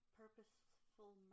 purposeful